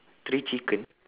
three chicken